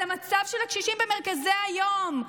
על המצב של הקשישים במרכזי היום,